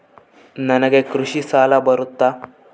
ನನಗೆ ಕೃಷಿ ಸಾಲ ಬರುತ್ತಾ?